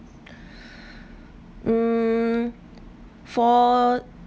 hmm for